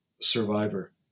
survivor